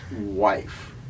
wife